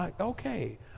Okay